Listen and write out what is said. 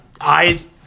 eyes